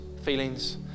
feelings